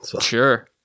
Sure